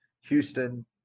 Houston